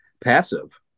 passive